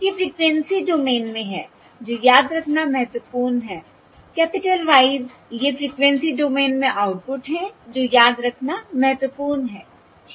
ये frequency domain में हैं जो याद रखना महत्वपूर्ण है कैपिटल Ys ये फ़्रीक्वेंसी डोमेन में आउटपुट हैं जो याद रखना महत्वपूर्ण है ठीक है